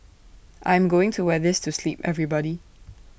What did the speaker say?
I am going to wear this to sleep everybody